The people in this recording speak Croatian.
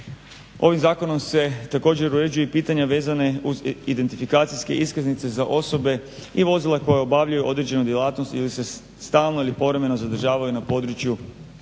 Ovim zakonom se također uređuje i pitanja vezane uz identifikacijske iskaznice za osobe i vozila koja obavljaju određenu djelatnost ili se stalno ili povremeno zadržavaju na području